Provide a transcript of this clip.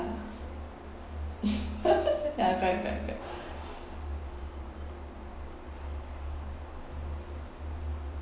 ya correct correct correct